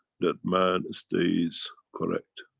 that man stays correct.